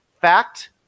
Fact